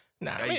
Nah